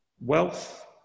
wealth